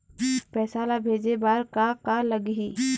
पैसा ला भेजे बार का का लगही?